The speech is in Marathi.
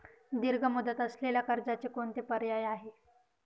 दीर्घ मुदत असलेल्या कर्जाचे कोणते पर्याय आहे?